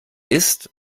ist